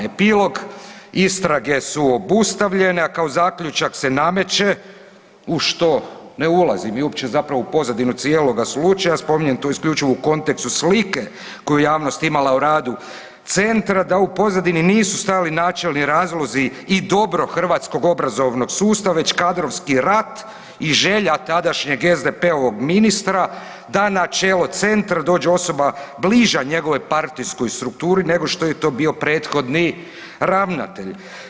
Epilog, istrage su obustavljene, a kao zaključak se nameće, u što ne ulazim i uopće zapravo u pozadinu cijeloga slučaja, spominjem to isključivo u kontekstu slike koju je javnost imala o radu centra, da u pozadini nisu stajali načelni razlozi i dobro hrvatskog obrazovnog sustava već kadrovski rat i želja tadašnjeg SDP-ovog ministra da na čelo centra dođe osoba bliža njegovoj partijskoj strukturi nego što je to bio prethodni ravnatelj.